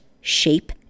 shape